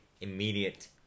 immediate